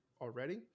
already